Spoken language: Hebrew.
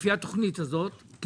לפי התכנית הזאת,